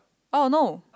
orh no